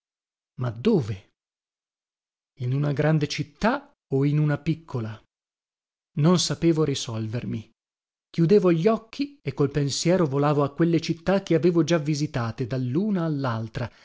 ma dove in una grande città o in una piccola non sapevo risolvermi chiudevo gli occhi e col pensiero volavo a quelle città che avevo già visitate